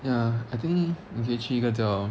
ya I think 你可以去一个叫